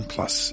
Plus